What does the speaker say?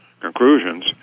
conclusions